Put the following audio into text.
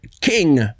king